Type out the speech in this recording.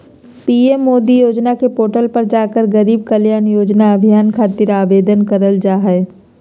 PM Modi योजना के portal पर जाकर गरीब कल्याण रोजगार अभियान खातिर आवेदन करल जा हय